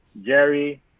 Jerry